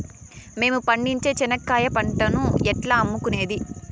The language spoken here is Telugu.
మేము పండించే చెనక్కాయ పంటను ఎట్లా అమ్ముకునేది?